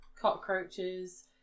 cockroaches